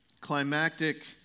climactic